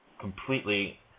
completely